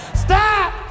Stop